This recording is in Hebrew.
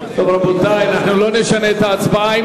רבותי, אנחנו לא נשנה את ההצבעה.